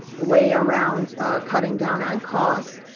way around cutting down on cost.